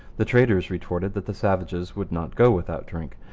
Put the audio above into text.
the traders retorted that the savages would not go without drink.